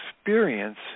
experience